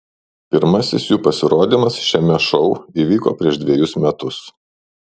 pirmasis jų pasirodymas šiame šou įvyko prieš dvejus metus